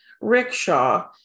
rickshaw